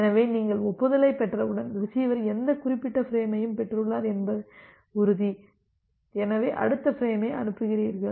எனவே நீங்கள் ஒப்புதலைப் பெற்றவுடன் ரிசீவர் இந்த குறிப்பிட்ட ஃபிரேமைப் பெற்றுள்ளார் என்பது உறுதி எனவே அடுத்த ஃபிரேமை அனுப்புகிறீர்கள்